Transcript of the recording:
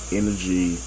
energy